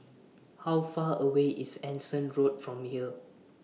How Far away IS Anson Road from here